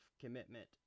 commitment